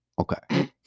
Okay